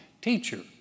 teacher